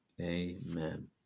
Amen